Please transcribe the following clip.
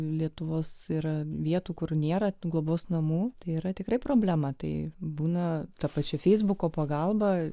lietuvos yra vietų kur nėra globos namų tai yra tikrai problema tai būna ta pačia feisbuko pagalba